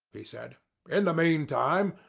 he said in the mean time,